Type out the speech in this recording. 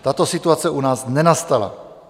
Tato situace u nás nenastala.